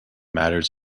matters